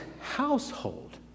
household